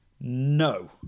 No